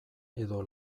edo